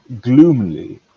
gloomily